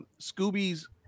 Scooby's